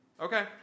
Okay